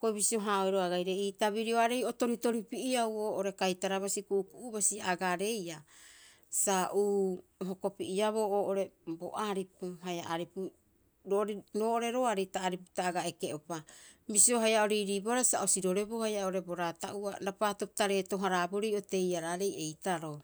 Hioko'i bisio- haa'oeroo aga'ire ii tabirioarei o toritori pi'eau oo'ore kaitara basi ku'uku'u basi a agaareiaa, sa uu, o hokopieaboo oo'ore bo aripu, haia aripu, roarii roo ore roari ta aripupita aga eke'upa bisio haia o riiriibohara sa o siroreboo haia oo'ore bo raata'oa rapaato pita reeto- haraaborii oteiaraarei eitaroo.